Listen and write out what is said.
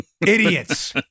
Idiots